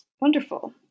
Wonderful